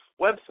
website